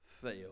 fail